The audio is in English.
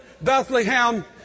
Bethlehem